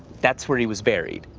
that's where he was buried.